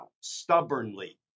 stubbornly